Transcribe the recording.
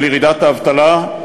של ירידת האבטלה,